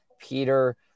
Peter